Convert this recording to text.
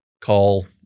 call